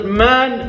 man